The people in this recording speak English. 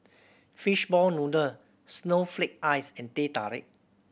fish ball noodle snowflake ice and Teh Tarik